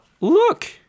Look